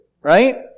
Right